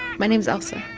my name's elsa.